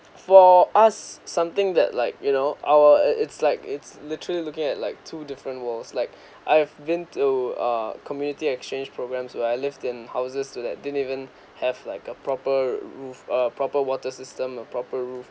for us something that like you know our it it's like it's literally looking at like two different worlds like I have been to a community exchange programs where I lived in houses to that didn't even have like a proper roof a proper water system or proper roof